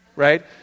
right